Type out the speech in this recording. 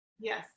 Yes